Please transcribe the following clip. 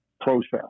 process